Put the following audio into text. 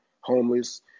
homeless